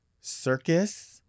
Circus